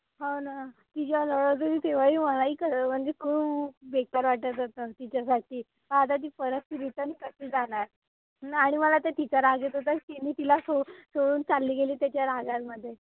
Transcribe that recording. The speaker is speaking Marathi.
हो न तिचा नवरा तरी तेव्हाही बढाई म्हणजे खूप बेकार वाटत होतं तिच्यासाठी आता ती परत रिटन कशी जाणार आणि मला ते तिचा राग येत होता तिनी तिला सोडू सोडून चालली गेली त्याच्या रागामध्ये